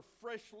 freshly